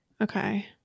Okay